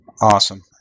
Awesome